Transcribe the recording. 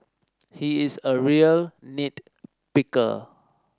he is a real nit picker